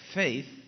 faith 。